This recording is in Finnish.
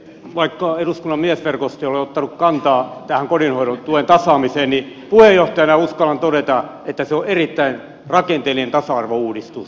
vaikka eduskunnan miesverkosto ei ole ottanut kantaa tähän kotihoidon tuen tasaamiseen niin puheenjohtajana uskallan todeta että se on erittäin rakenteellinen tasa arvouudistus